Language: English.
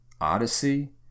Odyssey